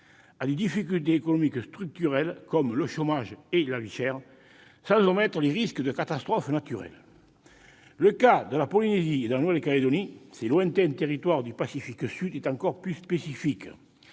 à des difficultés économiques structurelles, comme le chômage et la vie chère, sans omettre les risques de catastrophe naturelle. Les cas de la Polynésie française et de la Nouvelle-Calédonie, ces lointains territoires du Pacifique sud, sont encore plus spécifiques.